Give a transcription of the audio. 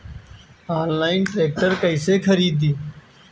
Online tractor कैसे खरदी?